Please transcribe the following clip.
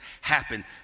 happen